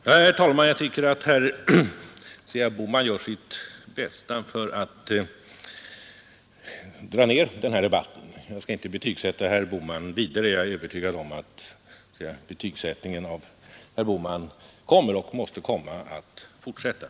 Herr talman! Jag tycker att herr Bohman gör sitt bästa för att dra ned den här debatten — jag skall nu inte betygsätta herr Bohman vidare, men jag är övertygad om att betygsättningen av herr Bohman måste och kommer att fortsätta.